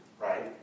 right